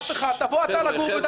תבוא אתה לגור ביהודה ושומרון,